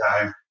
time